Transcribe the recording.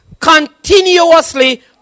Continuously